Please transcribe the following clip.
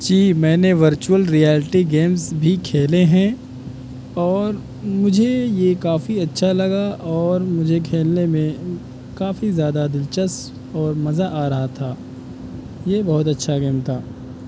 جی میں نے virtual reality games بھی کھیلے ہیں اور مجھے یہ کافی اچھا لگا اور مجھے کھیلنے میں کافی زیادہ دلچسپ اور مزہ آ رہا تھا یہ بہت اچھا گیم تھا